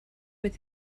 with